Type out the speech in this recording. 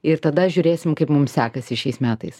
ir tada žiūrėsim kaip mum sekasi šiais metais